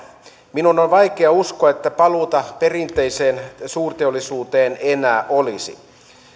minun on vaikea uskoa että paluuta perinteiseen suurteollisuuteen enää olisi